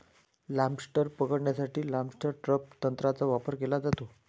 lobster पकडण्यासाठी lobster trap तंत्राचा वापर केला जातो